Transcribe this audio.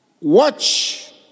Watch